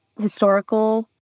historical